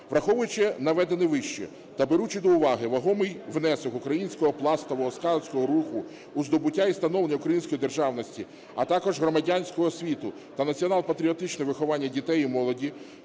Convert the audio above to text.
Враховуючи наведене вище та беручи до уваги вагомий внесок українського пластового скаутського руху у здобуття і становлення української державної, а також громадянську освіту та націонал-патріотичне виховання дітей і молоді,